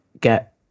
get